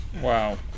Wow